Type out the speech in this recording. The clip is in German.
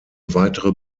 weitere